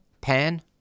pan